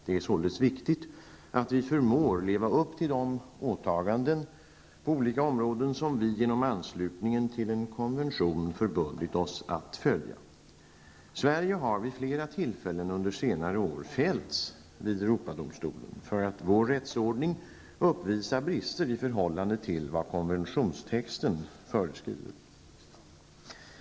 Det är således viktigt att vi förmår leva upp till de åtaganden på olika områden som vi genom anslutningen till en konvention förbundit oss att följa. Sverige har vid flera tillfällen under senare år fällts vid Europadomstolen för att vår rättsordning uppvisar brister i förhållande till vad konventionstexten föreskriver.